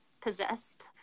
possessed